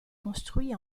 construit